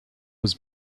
was